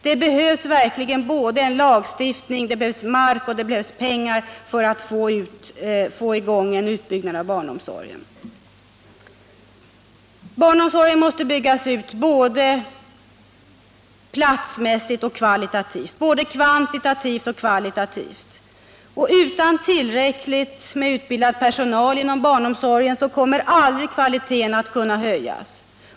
Det behövs verkligen såväl lagstiftning som mark och pengar för att få i gång en utbyggnad av barnomsorgen. Barnomsorgen måste byggas ut både kvantitativt och kvalitativt. Utan tillräckligt med utbildad personal inom barnomsorgen kommer aldrig kvaliteten att höjas.